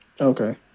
Okay